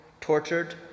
tortured